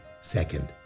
second